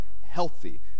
healthy